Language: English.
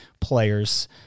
players